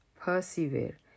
persevere